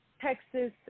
Texas